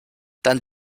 dann